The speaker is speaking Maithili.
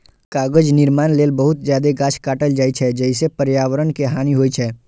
कागज निर्माण लेल बहुत जादे गाछ काटल जाइ छै, जइसे पर्यावरण के हानि होइ छै